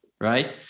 Right